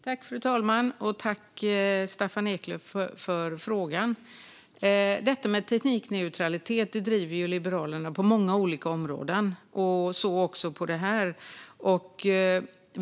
Fru talman! Tack, Staffan Eklöf, för frågan! Detta med teknikneutralitet driver Liberalerna på många olika områden, så även på detta område.